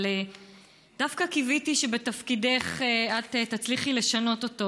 אבל דווקא קיוויתי שבתפקידך את תצליחי לשנות אותו,